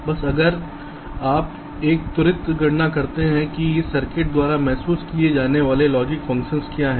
बस अगर आप एक त्वरित गणना करते हैं कि इस सर्किट द्वारा महसूस किए जाने वाले लॉजिक फ़ंक्शन क्या हैं